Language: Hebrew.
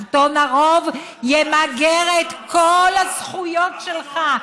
שלטון הרוב ימגר את כל הזכויות שלך.